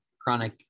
chronic